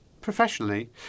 Professionally